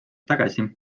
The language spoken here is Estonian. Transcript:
tagasi